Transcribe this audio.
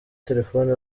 telefoni